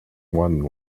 one